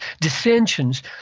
dissensions